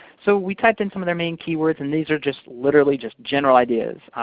so we typed in some of their main keywords, and these are just, literally, just general ideas.